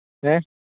हो